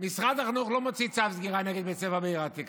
משרד החינוך לא מוציא צווי סגירה נגד בתי ספר בעיר העתיקה,